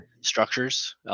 structures